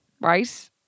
Right